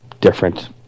different